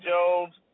Jones